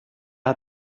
hat